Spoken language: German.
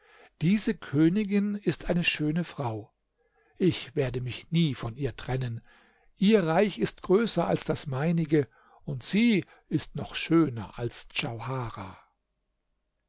diese königin ist eine schöne frau ich werde mich nie von ihr trennen ihr reich ist größer als das meinige und sie ist noch schöner als